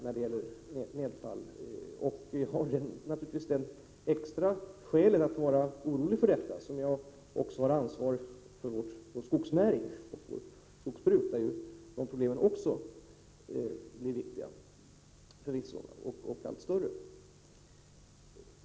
Jag har naturligtvis ett extra skäl att vara orolig över detta, eftersom jag även är ansvarig för vår skogsnäring där dessa frågor också är viktiga och blir allt större.